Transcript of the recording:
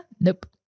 Nope